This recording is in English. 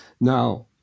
Now